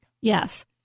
Yes